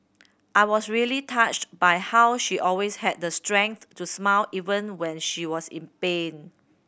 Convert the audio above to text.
I was really touched by how she always had the strength to smile even when she was in pain